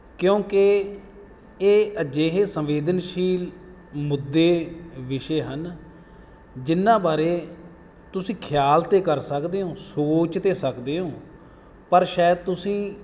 ਕਿਉਂਕਿ ਇਹ ਅਜਿਹੇ ਸੰਵੇਦਨਸ਼ੀਲ ਮੁੱਦੇ ਵਿਸ਼ੇ ਹਨ ਜਿਨ੍ਹਾਂ ਬਾਰੇ ਤੁਸੀਂ ਖਿਆਲ ਤਾਂ ਕਰ ਸਕਦੇ ਹੋ ਸੋਚ ਤਾਂ ਸਕਦੇ ਹੋ ਪਰ ਸ਼ਾਇਦ ਤੁਸੀਂ